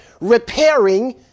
repairing